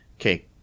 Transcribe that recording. Okay